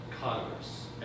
Congress